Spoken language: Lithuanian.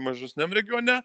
mažesniam regione